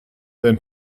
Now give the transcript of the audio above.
then